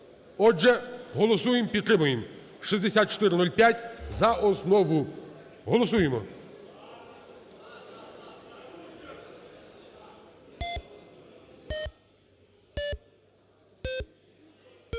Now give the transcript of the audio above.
Отже, голосуємо, підтримуємо 6405 за основу. Голосуємо.